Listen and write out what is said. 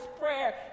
prayer